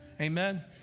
Amen